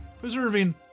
preserving